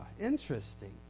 interesting